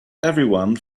everyone